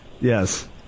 yes